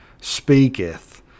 speaketh